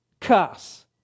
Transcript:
cuss